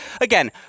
again